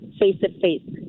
face-to-face